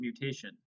mutation